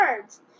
Birds